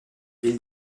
ville